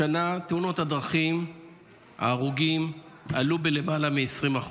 השנה מספר ההרוגים בתאונות הדרכים עלה בלמעלה מ-20%.